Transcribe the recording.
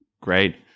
Great